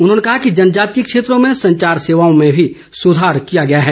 उन्होंने कहा कि जनजातीय क्षेत्रों में संचार सेवाओं में भी सुधार किया गया है